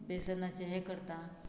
बेसनाचें हें करता